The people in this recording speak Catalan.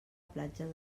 platja